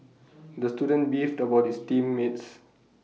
the student beefed about his team mates